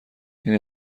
این